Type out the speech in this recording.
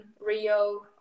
Rio